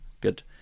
good